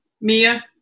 mia